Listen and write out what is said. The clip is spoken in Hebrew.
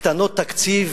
קטנות תקציב,